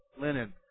linen